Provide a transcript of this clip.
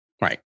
Right